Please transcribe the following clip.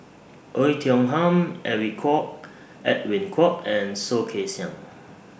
Oei Tiong Ham Edwin Koek Edwin Koek and Soh Kay Siang